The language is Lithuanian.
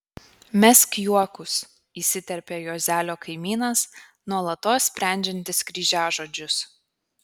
mesk juokus įsiterpia juozelio kaimynas nuolatos sprendžiantis kryžiažodžius